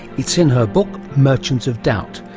it's in her book merchants of doubt,